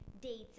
dates